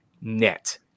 net